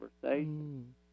conversation